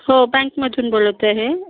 हो बँकमधून बोलत आहे